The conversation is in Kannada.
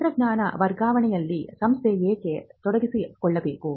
ತಂತ್ರಜ್ಞಾನ ವರ್ಗಾವಣೆಯಲ್ಲಿ ಸಂಸ್ಥೆ ಏಕೆ ತೊಡಗಿಸಿಕೊಳ್ಳಬೇಕು